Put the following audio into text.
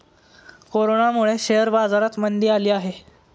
कोरोनामुळे शेअर बाजारात मंदी आली आहे